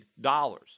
dollars